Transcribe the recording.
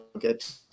get